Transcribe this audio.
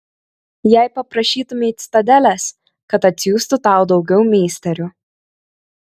jei paprašytumei citadelės kad atsiųstų tau daugiau meisterių